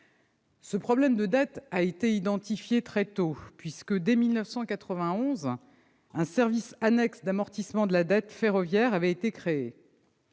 Le sujet de la dette a été identifié très tôt puisque, dès 1991, un service annexe d'amortissement de la dette ferroviaire était créé.